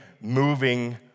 moving